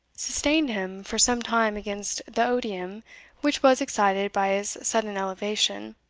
sustained him for some time against the odium which was excited by his sudden elevation,